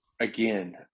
again